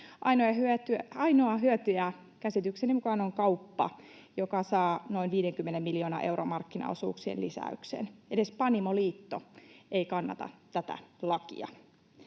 Ainoa hyötyjä käsitykseni mukaan on kauppa, joka saa noin 50 miljoonan euron markkinaosuuksien lisäyksen. Edes Panimoliitto ei kannata tätä lakia.